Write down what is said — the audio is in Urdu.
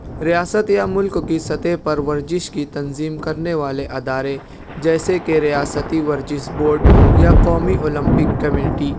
ریاست یا مُلک کی سطح پر ورزش کی تنظیم کرنے والے ادارے جیسے کہ ریاستی ورزش بورڈ یا قومی اولمپک کمیٹی